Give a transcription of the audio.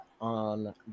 on